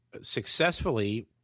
successfully